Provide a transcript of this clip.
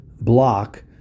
block